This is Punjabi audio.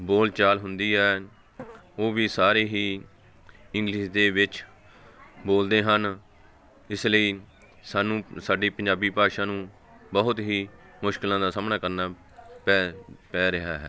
ਬੋਲਚਾਲ ਹੁੰਦੀ ਹੈ ਉਹ ਵੀ ਸਾਰੇ ਹੀ ਇੰਗਲਿਸ਼ ਦੇ ਵਿੱਚ ਬੋਲਦੇ ਹਨ ਇਸ ਲਈ ਸਾਨੂੰ ਸਾਡੀ ਪੰਜਾਬੀ ਭਾਸ਼ਾ ਨੂੰ ਬਹੁਤ ਹੀ ਮੁਸ਼ਕਲਾਂ ਦਾ ਸਾਹਮਣਾ ਕਰਨਾ ਪੈ ਪੈ ਰਿਹਾ ਹੈ